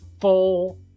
full